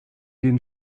den